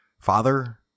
father